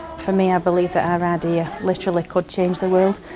for me, i believe that our idea literally could change the world.